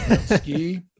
Ski